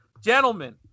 Gentlemen